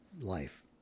life